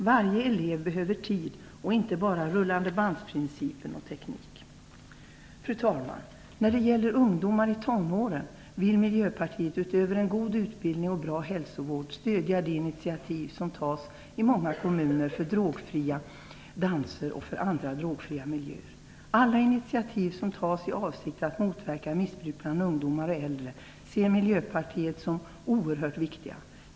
Varje elev behöver tid och inte bara rullandebandsprincipen och teknik. Fru talman! När det gäller ungdomar i tonåren vill Miljöpartiet, utöver en god utbildning och bra hälsovård, stödja de initiativ som tas i många kommuner för drogfria danser och andra drogfria miljöer. Alla initiativ som tas i avsikt att motverka missbruk bland ungdomar och äldre ser Miljöpartiet som oerhört viktiga.